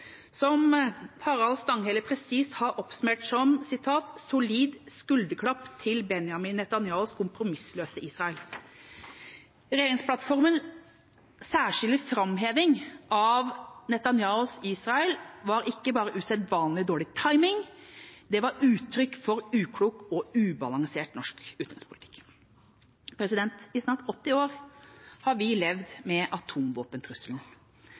Stanghelle presist har oppsummert som et «solid skulderklapp til Benjamin Netanyahus kompromissløse Israel». Regjeringsplattformens særskilte framheving av Netanyahus Israel var ikke bare usedvanlig dårlig timing – den var uttrykk for uklok og ubalansert norsk utenrikspolitikk. I snart 80 år har vi levd med atomvåpentrusselen.